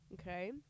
okay